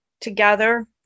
together